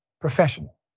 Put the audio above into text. professional